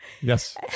Yes